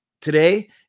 Today